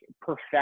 perfect